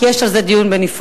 כי יש על זה דיון בנפרד.